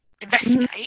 investigate